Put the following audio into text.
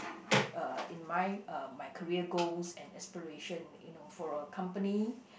uh in mine uh my career goals and aspiration you know for a company